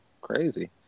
crazy